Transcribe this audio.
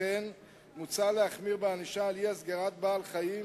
לכן מוצע להחמיר בענישה על אי-הסגרת בעל-חיים